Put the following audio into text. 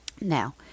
Now